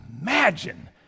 imagine